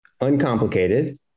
uncomplicated